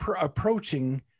approaching